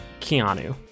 Keanu